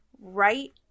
right